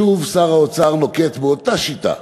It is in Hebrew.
שוב שר האוצר נוקט אותה שיטה,